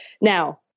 Now